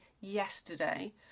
yesterday